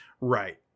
right